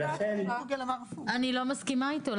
אני לחלוטין לא מסכימה אתך.